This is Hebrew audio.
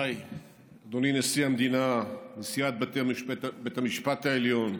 אדוני נשיא המדינה, נשיאת בית המשפט העליון,